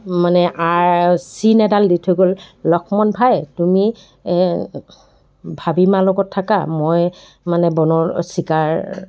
মানে আৰু চিন এডাল দি থৈ গ'ল লক্ষ্মণ ভাই তুমি ভাবীমা লগত থাকা মই মানে বনৰ চিকাৰ